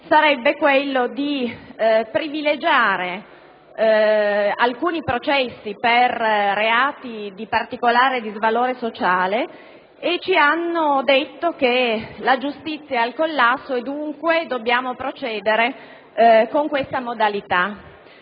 sarebbe quello di privilegiare alcuni processi per reati di particolare disvalore sociale e ci hanno detto che la giustizia è al collasso e quindi dobbiamo procedere con questa modalità.